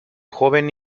joven